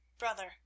Brother